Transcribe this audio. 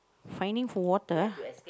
finding for water